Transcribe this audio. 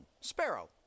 sparrow